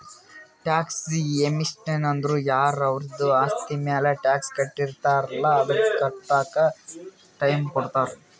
tax amnesty ಅಂದುರ್ ಯಾರ ಅವರ್ದು ಆಸ್ತಿ ಮ್ಯಾಲ ಟ್ಯಾಕ್ಸ್ ಕಟ್ಟಿರಲ್ಲ್ ಅದು ಕಟ್ಲಕ್ ಟೈಮ್ ಕೊಡ್ತಾರ್